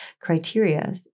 criteria